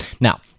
Now